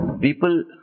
people